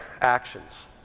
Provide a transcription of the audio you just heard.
Actions